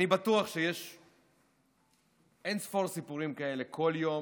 אני בטוח שיש אין-ספור סיפורים כאלה כל יום,